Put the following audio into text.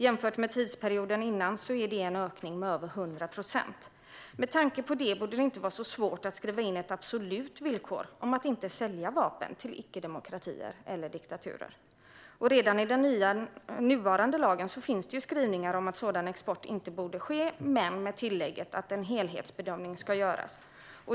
Jämfört med tidsperioden innan är det en ökning med över 100 procent. Med tanke på det borde det inte vara så svårt att skriva in ett absolut villkor om att inte sälja vapen till icke-demokratier eller diktaturer. Redan i den nuvarande lagen finns det ju skrivningar om att sådan export inte borde ske men med tillägget att en helhetsbedömning ska göras.